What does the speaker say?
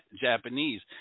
Japanese